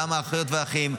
גם האחיות והאחים,